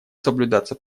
соблюдаться